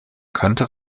könnte